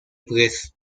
press